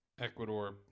Ecuador